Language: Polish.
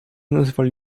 nazywali